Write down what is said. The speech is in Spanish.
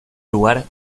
lugar